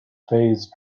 phase